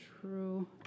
true